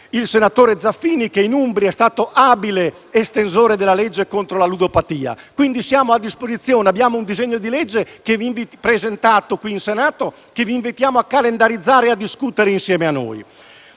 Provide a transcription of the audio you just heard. il senatore Zaffini che in Umbria è stato abile estensore della legge contro la ludopatia, quindi siamo a disposizione. Abbiamo presentato in Senato un disegno di legge che vi invitiamo a calendarizzare e a discutere insieme a noi.